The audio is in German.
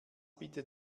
bitte